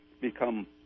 become